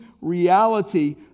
reality